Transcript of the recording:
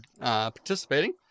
participating